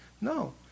No